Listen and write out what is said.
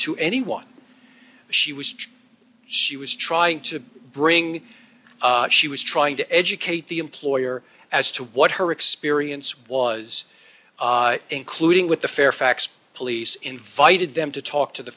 to anyone she was she was trying to bring she was trying to educate the employer as to what her experience was including with the fairfax police invited them to talk to the